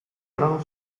brano